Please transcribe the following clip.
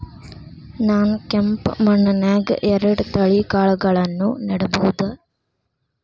ನಾನ್ ಕೆಂಪ್ ಮಣ್ಣನ್ಯಾಗ್ ಎರಡ್ ತಳಿ ಕಾಳ್ಗಳನ್ನು ನೆಡಬೋದ?